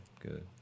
good